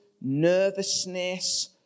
nervousness